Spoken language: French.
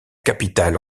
capitale